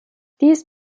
dies